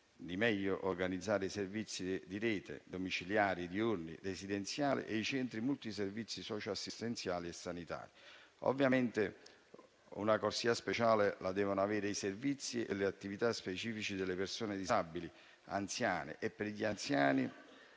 di meglio organizzare i servizi di rete domiciliari di ordine residenziale e dei centri multiservizio socioassistenziali e sanitari. Ovviamente, una corsia speciale devono averla i servizi e le attività specifiche per le persone anziane disabili e per gli anziani